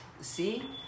see